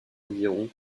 environs